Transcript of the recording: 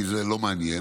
כי זה לא מעניין,